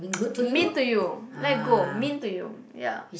mean to you let go mean to you ya